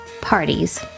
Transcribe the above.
parties